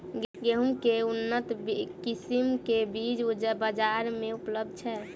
गेंहूँ केँ के उन्नत किसिम केँ बीज बजार मे उपलब्ध छैय?